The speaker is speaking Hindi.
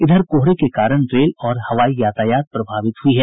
इधर कोहरे के कारण रेल और हवाई यातायात प्रभावित हुआ है